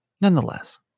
nonetheless